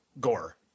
Gore